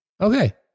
Okay